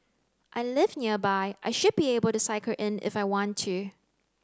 I live nearby I should be able to cycle in if I want to